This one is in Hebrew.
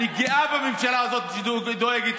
אני גאה בממשלה הזאת, שדואגת